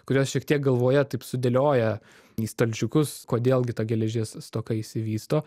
kurios šiek tiek galvoja taip sudėlioja į stalčiukus kodėl gi ta geležies stoka išsivysto